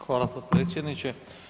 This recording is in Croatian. Hvala potpredsjedniče.